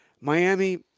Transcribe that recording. Miami